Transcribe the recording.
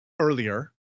Earlier